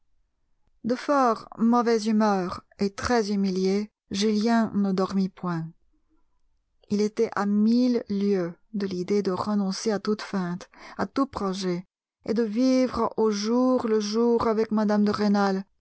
de fort mauvaise humeur et très humilié julien ne dormit point il était à mille lieues de l'idée de renoncer à toute feinte à tout projet et de vivre au jour le jour avec mme de rênal